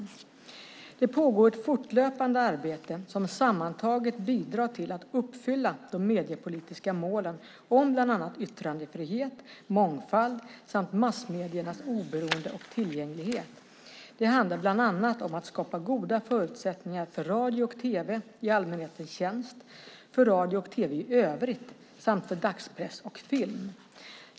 Det pågår ett fortlöpande arbete som sammantaget bidrar till att uppfylla de mediepolitiska målen om bland annat yttrandefrihet, mångfald samt massmediernas oberoende och tillgänglighet. Det handlar bland annat om att skapa goda förutsättningar för radio och tv i allmänhetens tjänst, för radio och tv i övrigt samt för dagspress och film.